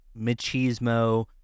machismo